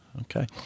Okay